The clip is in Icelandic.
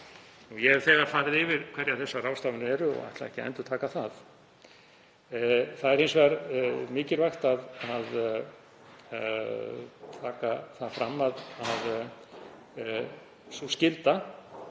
Ég hef þegar farið yfir hverjar þessar ráðstafanir eru og ætla ekki að endurtaka það. Það er hins vegar mikilvægt að taka fram að sú skylda